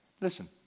Listen